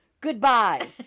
Goodbye